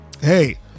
hey